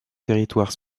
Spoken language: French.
territoire